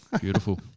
Beautiful